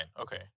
Okay